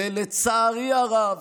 ולצערי הרב,